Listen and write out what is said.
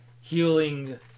healing